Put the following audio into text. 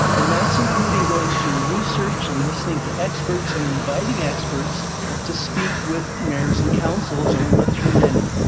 and that's including going through research and listening to experts and inviting experts to speak with mayors and councils and we went through many.